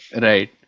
Right